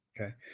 Okay